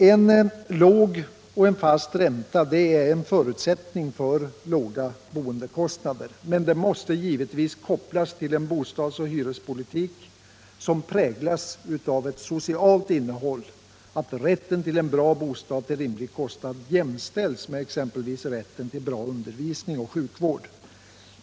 En låg och fast ränta är en förutsättning för låga boendekostnader, men det måste givetvis kopplas till en bostadsoch hyrespolitik som präglas av ett socialt innehåll, att rätten till en bra bostad till rimlig kostnad jämställs med exempelvis rätten till bra undervisning och sjukvård.